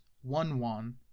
one-one